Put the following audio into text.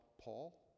Paul